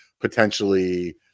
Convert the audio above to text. potentially